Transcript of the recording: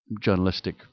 journalistic